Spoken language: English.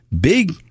big